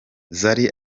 zari